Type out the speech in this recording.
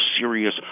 serious